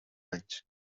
anys